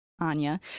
Anya